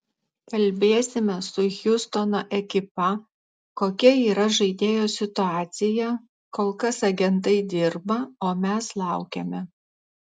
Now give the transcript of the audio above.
kalbėsime su hjustono ekipa kokia yra žaidėjo situacija kol kas agentai dirba o mes laukiame